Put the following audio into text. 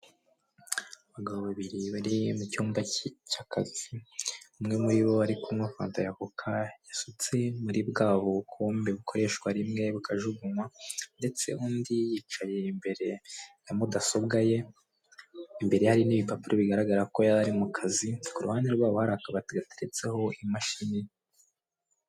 Abagabo bari mu cyumba cy'akazi, umwe muri bo ari kumweywa fanta ya koka isutse muri bwa bukombe bukoreshwa rimwe bakajugunywa ndetse undi yicaye imbere ya mudasobwa ye, imbere hari n'ibipapuro bigaragara ko yari ari mu kazi, ku ruhande rwabo hari akabati gateretseho imashini.